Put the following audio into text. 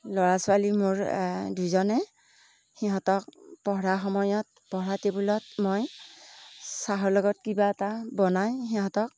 ল'ৰা ছোৱালীৰ মোৰ দুজনেই সিহঁতক পঢ়াৰ সময়ত পঢ়াৰ টেবুলত মই চাহৰ লগত কিবা এটা বনাই সিহঁতক